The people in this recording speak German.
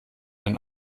den